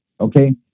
okay